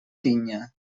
tinya